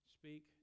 speak